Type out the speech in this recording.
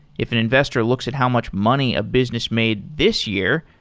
if an investor looks at how much money a business made this year,